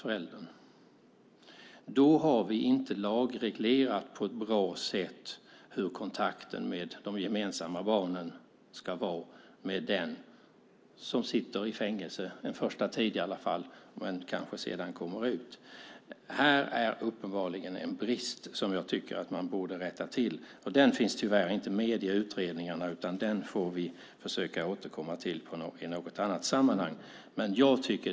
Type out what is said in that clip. Där har vi inte lagreglerat på ett bra sätt hur kontakten ska vara mellan de gemensamma barnen och den förälder som sitter i fängelse, i alla fall en första tid, men som kanske sedan kommer ut. Här finns uppenbarligen en brist som jag tycker att man borde rätta till. Det finns tyvärr inte med i utredningarna, utan det får vi försöka återkomma till i något annat sammanhang.